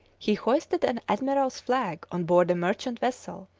he hoisted an admiral's flag on board a merchant vessel,